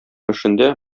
эшендә